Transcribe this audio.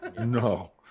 No